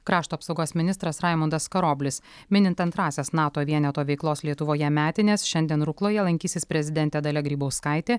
krašto apsaugos ministras raimundas karoblis minint antrąsias nato vieneto veiklos lietuvoje metines šiandien rukloje lankysis prezidentė dalia grybauskaitė